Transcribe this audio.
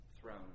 throne